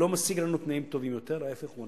לא משיג לנו תנאים טובים יותר, ההיפך הוא הנכון.